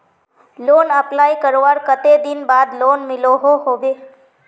Loan apply करवार कते दिन बाद लोन मिलोहो होबे?